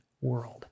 world